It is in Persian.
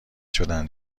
شدن